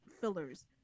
fillers